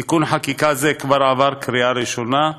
תיקון חקיקה זה כבר עבר בקריאה ראשונה,